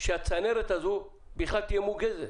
שהצנרת הזאת בכלל תהיה מוגזת?